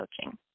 coaching